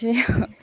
त्यै हो